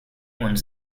ones